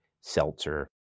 seltzer